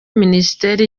minisiteri